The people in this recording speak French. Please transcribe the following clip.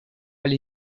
elle